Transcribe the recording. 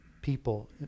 people